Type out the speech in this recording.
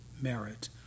merit